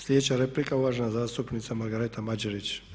Sljedeća replika je uvažena zastupnica Margareta Mađerić.